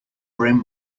brim